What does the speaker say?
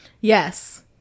Yes